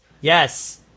yes